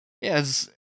yes